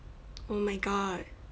oh my god